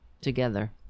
together